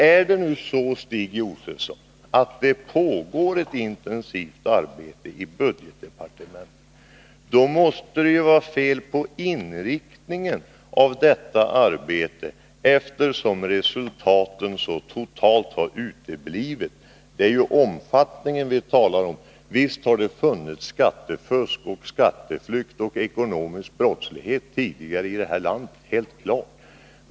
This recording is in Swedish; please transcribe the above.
Är det nu så, Stig Josefson, att det pågår ett intensivt arbete i budgetdepartementet, då måste det ju vara fel på inriktningen av detta arbete, eftersom resultaten så totalt har uteblivit. Det är ju omfattningen vi talar om. Visst har det funnits skattefusk, skatteflykt och ekonomisk brottslighet tidigare i det här landet — det är helt klart.